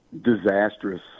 disastrous